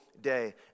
day